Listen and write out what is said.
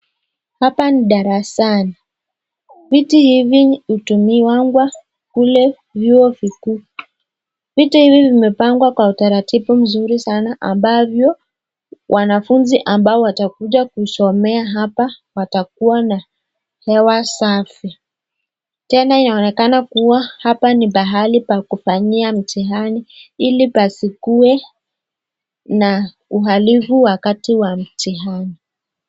Hapa ni darasani. Viti hivi hutumiwangwa kule vyuo vikuu. Viti hivi vimepangwa kwa utaratibu mzuri sana ambavyo wanafunzi ambao watakuja kusomea hapa watakuwa na hewa safi. Tena inaonekana kuwa hapa ni pahali pa kufanyia mtihani ili pasikuwe na uhalifu wakati wa mtihani.